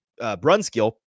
Brunskill